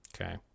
Okay